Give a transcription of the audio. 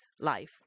life